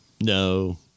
No